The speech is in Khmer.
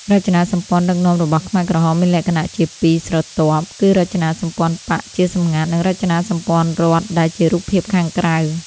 រចនាសម្ព័ន្ធដឹកនាំរបស់ខ្មែរក្រហមមានលក្ខណៈជាពីរស្រទាប់ គឺរចនាសម្ព័ន្ធបក្ស (ជាសម្ងាត់) និងរចនាសម្ព័ន្ធរដ្ឋ (ដែលជារូបភាពខាងក្រៅ)។